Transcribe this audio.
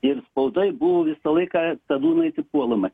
ir spaudoj buvo visą laiką tanūnaitė puolama